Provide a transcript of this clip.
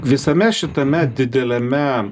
visame šitame dideliame